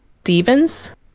Steven's